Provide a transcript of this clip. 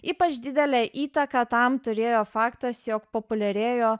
ypač didelę įtaką tam turėjo faktas jog populiarėjo